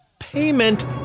Payment